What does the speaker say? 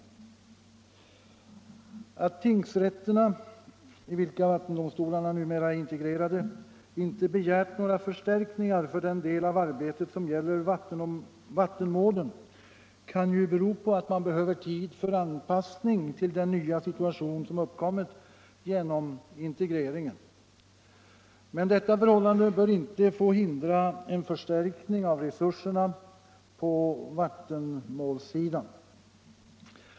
Alt tingsrätterna, i vilka vattenrätterna numera är integrerade, inte har begärt några förstärkningar för den del av arbetet som gäller vattenmålen kan ju bero på att man behöver tid för anpassning till den nya situation som har uppkommit genom integreringen. Men detta förhållande bör inte få hindra en förstärkning av resurserna på vattenmålssidan.